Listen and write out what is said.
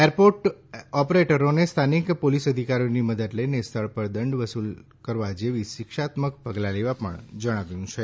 airport ઓપરેટરોને સ્થાનિક police અધિકારીઓની મદદ લઈને સ્થળ પર દંડ વસૂલવા જેવી શિક્ષાત્મક પગલાં લેવા જણાવ્યું છે